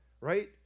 right